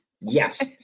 yes